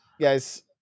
guys